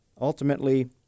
ultimately